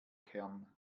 kern